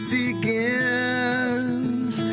begins